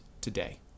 today